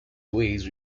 ways